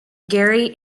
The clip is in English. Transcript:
gary